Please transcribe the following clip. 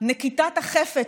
נקיטת החפץ,